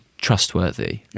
trustworthy